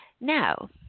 Now